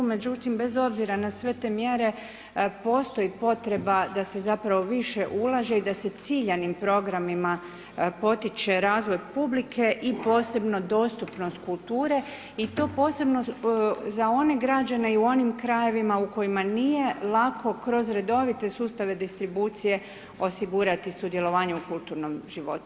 Međutim bez obzira na sve te mjere postoji potreba da se zapravo više ulaže i da se ciljanim programima potiče razvoj publike i posebno dostupnost kulture i to posebno za one građane i u onim krajevima u kojima nije lako kroz redovite sustave distribucije osigurati sudjelovanje u kulturnom životu.